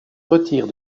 retire